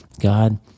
God